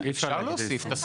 אפשר להוסיף את הסכום.